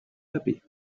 happy